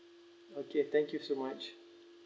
okay thank you so much